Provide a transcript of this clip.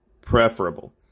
preferable